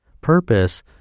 purpose